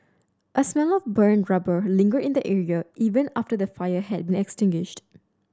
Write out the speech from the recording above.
a smell of burnt rubber lingered in the area even after the fire had extinguished